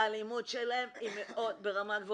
האלימות שלהם היא ברמה מאוד גבוהה.